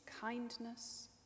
kindness